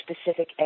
specific